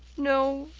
no,